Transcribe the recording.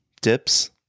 dips